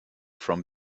from